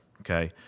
okay